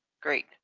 Great